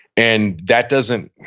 and that doesn't,